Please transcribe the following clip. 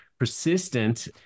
persistent